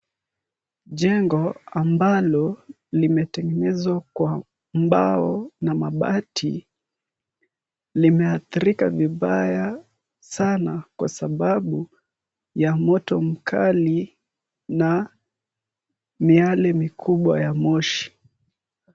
Jengo ambalo limetengenezwa kwa mbao na mabati, limeathirika vibaya sana kwasababu ya moto mkali na miale mikubwa ya moshi.